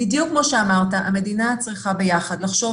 בדיוק כמו שאמרת, המדינה צריכה ביחד לחשוב.